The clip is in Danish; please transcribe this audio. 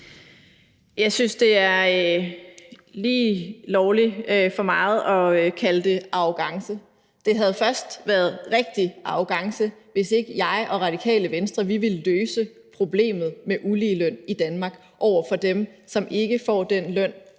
Jeg synes, at det er lige lovlig for meget at kalde det arrogance. Det havde først været rigtig arrogance, hvis ikke jeg og Radikale Venstre ville løse problemet med uligeløn i Danmark, over for dem, som ikke får den løn,